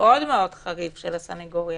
מאוד מאוד חריף של הסנגוריה.